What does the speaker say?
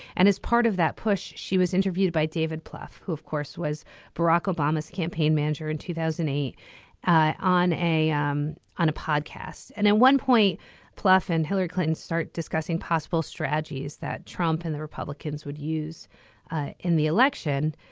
and as part of that push she was interviewed by david plouffe who of course was barack obama's campaign manager in two thousand and eight on a um on a podcast. and at one point plouffe and hillary clinton start discussing possible strategies that trump and the republicans would use in the election